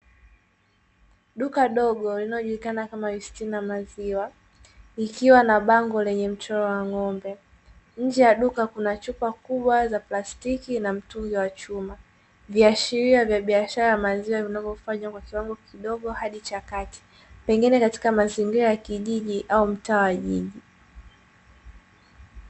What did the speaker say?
Duka dogo linalojulikana kama "wisti na maziwa" likiwa na bango lenye mchoro wa ng'ombe. Nje ya duka kuna chupa kubwa za plastiki na mtungi wa chuma. Viashiria vya biashara ya maziwa vinavyofanywa kwa kiwango kidogo au chakati, pengine katika mazingira ya kijiji au mtaa wa jiji.